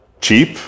cheap